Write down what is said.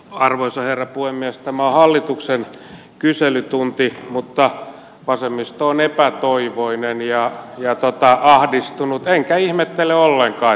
tämä on hallituksen kyselytunti mutta vasemmisto on epätoivoinen ja ahdistunut enkä ihmettele ollenkaan että näin on